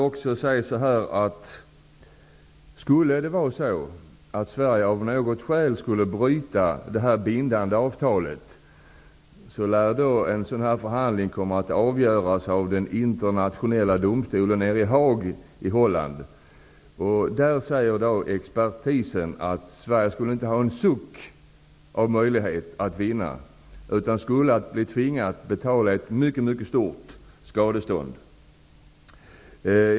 Om Sverige av något skäl skulle bryta detta bindande avtal lär tvisteförhandlingen komma att avgöras av den internationella domstolen i Haag i Holland. Där säger i dag expertisen att Sverige inte skulle ha en suck av möjlighet att vinna, utan skulle bli tvingad att betala ett mycket stort skadestånd.